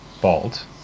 bald